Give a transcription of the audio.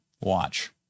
watch